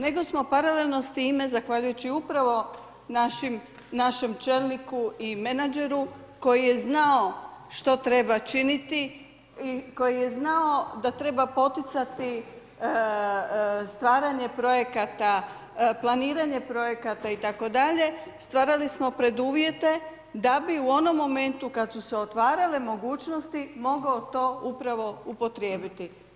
Nego smo paralelno s time zahvaljujući upravo našem čelniku i menadžeru što treba činiti i koji je znao da treba poticati stvaranje projekata, planiranje projekata itd. stvarali smo preduvjete, da bi u onome momentu kad su se otvarale mogućnosti, mogao to upravo upotrijebiti.